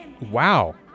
Wow